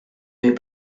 avait